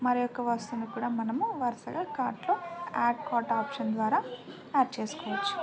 మరి యొక్క వస్తువుని కూడా మనము వరుసగా కార్ట్లో యాడ్ కార్ట్ ఆప్షన్ ద్వారా యాడ్ చేసుకోవచ్చు